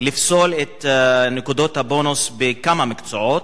לפסול את נקודות הבונוס בכמה מקצועות,